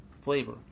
flavor